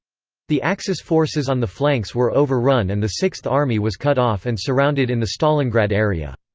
the axis forces on the flanks were overrun and the sixth army was cut off and surrounded in the stalingrad area.